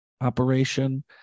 operation